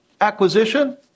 acquisition